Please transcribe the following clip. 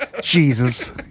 Jesus